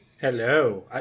Hello